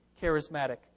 charismatic